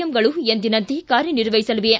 M ಗಳು ಎಂದಿನಂತೆ ಕಾರ್ಯ ನಿರ್ವಹಿಸಲಿವೆ